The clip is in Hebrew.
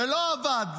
שלא עבד,